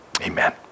amen